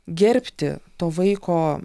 gerbti to vaiko